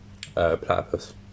Platypus